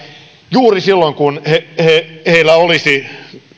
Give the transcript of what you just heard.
juuri silloin kun heidän olisi